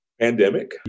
pandemic